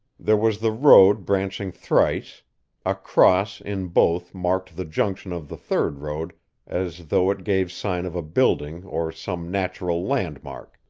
there was the road branching thrice a cross in both marked the junction of the third road as though it gave sign of a building or some natural landmark